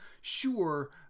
sure